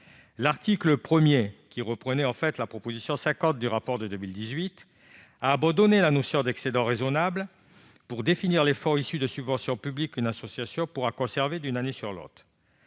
L'article 1, qui reprenait la proposition 50 du rapport de 2018, a abandonné la notion « d'excédent raisonnable », pour définir les fonds issus de subventions publiques qu'une association pourra conserver d'une année sur l'autre.